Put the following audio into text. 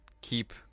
keep